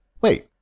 wait